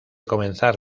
comenzar